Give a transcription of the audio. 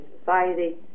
society